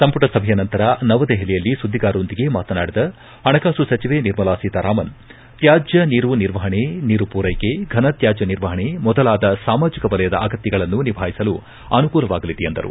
ಸಂಮಟ ಸಭೆಯ ನಂತರ ನವದೆಹಲಿಯಲ್ಲಿ ಸುದ್ಲಿಗಾರರೊಂದಿಗೆ ಮಾತನಾಡಿದ ಪಣಕಾಸು ಸಚಿವೆ ನಿರ್ಮಲಾ ಸೀತಾರಾಮನ್ ತ್ನಾಜ್ಯ ನೀರು ನಿರ್ವಹಣೆ ನೀರು ಪೂರೈಕೆ ಘನತ್ನಾಜ್ಯ ನಿರ್ವಹಣೆ ಮೊದಲಾದ ಸಾಮಾಜಿಕ ವಲಯದ ಅಗತ್ಯಗಳನ್ನು ನಿಭಾಯಿಸಲು ಅನುಕೂಲವಾಗಲಿದೆ ಎಂದರು